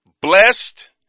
blessed